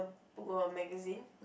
book or magazine